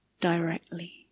directly